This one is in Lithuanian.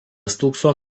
stūkso